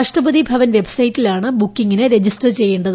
രാഷ്ട്രപതി ഭവൻ വെബ്പ്ഉസെറ്റിലാണ് ബുക്കിംഗിന് രജിസ്റ്റർ ചെയ്യേണ്ടത്